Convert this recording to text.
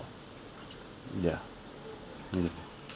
ya mm